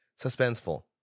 suspenseful